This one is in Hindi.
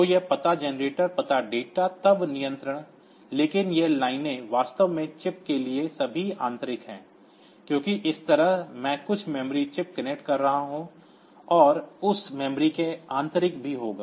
तो यह पता जनरेटर पता डेटा तब नियंत्रण लेकिन ये लाइनें वास्तव में चिप के लिए सभी आंतरिक हैं क्योंकि इस तरफ मैं कुछ मेमोरी चिप कनेक्ट कर रहा हूं और उस मेमोरी में आंतरिक भी होगा